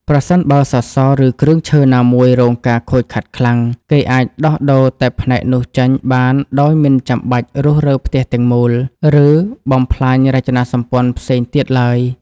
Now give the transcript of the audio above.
ប្រសិនបើសសរ ឬគ្រឿងឈើណាមួយរងការខូចខាតខ្លាំង គេអាចដោះដូរតែផ្នែកនោះចេញបានដោយមិនចាំបាច់រុះរើផ្ទះទាំងមូល ឬបំផ្លាញរចនាសម្ព័ន្ធផ្សេងទៀតឡើយ។